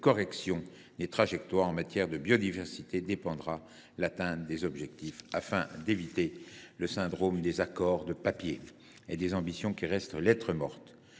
correction des trajectoires en matière de biodiversité dépendra l’atteinte réelle des objectifs. Nous devons éviter le syndrome des « accords de papier » et des ambitions qui restent lettre morte.